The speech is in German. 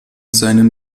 seinem